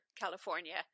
California